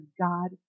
God